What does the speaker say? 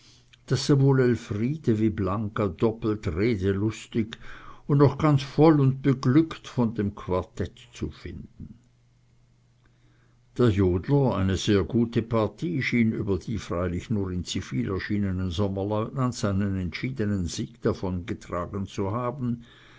elfriede wie blanca doppelt redelustig und noch ganz voll und beglückt von dem quartett zu finden der jodler eine sehr gute partie schien über die freilich nur in zivil erschienenen sommerlieutenants einen entschiedenen sieg davongetragen zu haben